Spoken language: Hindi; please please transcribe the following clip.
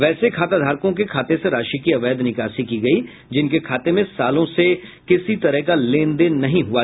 वैसे खाताधारकों के खाते से राशि की अवैध निकासी की गयी जिनके खाते में सालों से किसी तरह का लेन देन नहीं हुआ